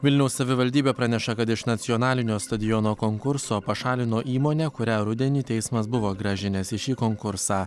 vilniaus savivaldybė praneša kad iš nacionalinio stadiono konkurso pašalino įmonę kurią rudenį teismas buvo grąžinęs į šį konkursą